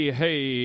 hey